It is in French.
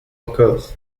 encore